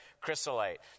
chrysolite